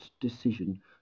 decision